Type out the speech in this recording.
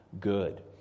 good